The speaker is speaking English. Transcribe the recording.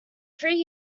three